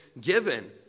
given